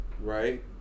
right